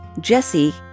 Jesse